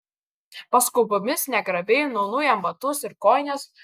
paskubomis negrabiai nuaunu jam batus ir kojines